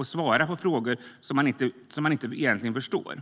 att svara på frågor som man egentligen inte förstår.